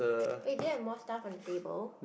wait do you have more stuff on the table